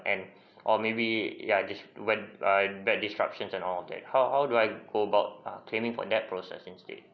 and or maybe yeah this when err bad disruption and all that how how do I go about err claiming for that process instead